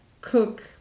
cook